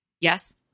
Yes